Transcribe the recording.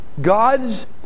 God's